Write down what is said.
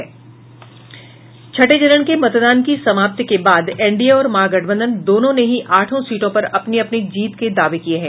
छठें चरण के मतदान की समाप्ति के बाद एनडीए और महागठबंधन दोनों ने ही आठों सीटों पर अपनी अपनी जीत के दावे किये हैं